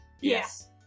Yes